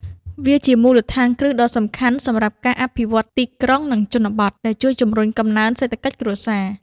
វាជាមូលដ្ឋានគ្រឹះដ៏សំខាន់សម្រាប់ការអភិវឌ្ឍទីក្រុង និងជនបទ ដែលជួយជំរុញកំណើនសេដ្ឋកិច្ចគ្រួសារ។